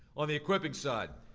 on the equipping side,